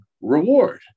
reward